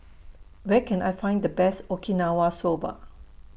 Where Can I Find The Best Okinawa Soba